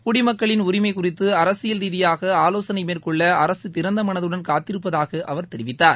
குடிமக்களின் உரிமை குறித்து அரசியல் ரீதியாக ஆலோசனை மேற்கொள்ள அரசு திறந்த மனதுடன் காத்திருப்பதாக அவர் தெரிவித்தார்